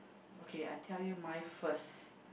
okay I tell you mine first